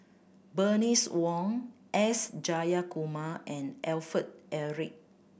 Bernice Wong S Jayakumar and Alfred Eric